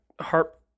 harp